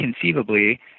conceivably